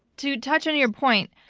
to touch on your point,